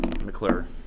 McClure